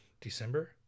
December